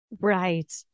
right